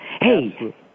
Hey